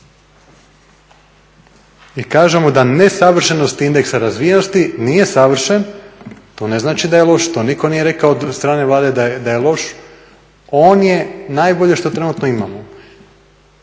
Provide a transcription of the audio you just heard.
I kažemo da nesavršenost indeksa razvijenosti nije savršen, to ne znači da je loš. To nitko nije rekao od strane Vlade da je loš. On je najbolje što trenutno imamo,